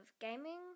gaming